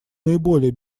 наиболее